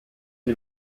die